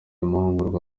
amahugurwa